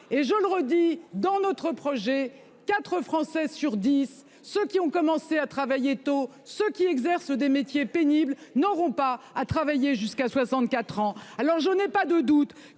: aux termes de notre projet, quatre Français sur dix- ceux qui ont commencé à travailler tôt, ceux qui exercent des métiers pénibles -n'auront pas à travailler jusqu'à 64 ans. Alors, je ne doute